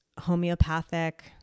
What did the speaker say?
Homeopathic